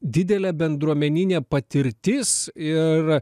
didelė bendruomeninė patirtis ir